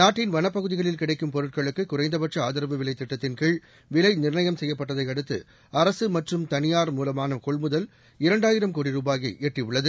நாட்டின் வள பகுதிகளில் கிடைக்கும் பொருட்களுக்கு குறைந்த பட்ச ஆதரவு விலைத் திட்டத்தின் கீழ் விலை நிர்ணயம் செய்யப்பட்டதையடுத்து அரசு மற்றும் தனியார் மூலமான கொள்முதல் இரண்டாயிரம் கோடி ருபாயை எட்டியுள்ளது